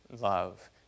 love